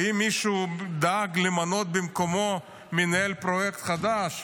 האם מישהו דאג למנות במקומו מנהל פרויקט חדש?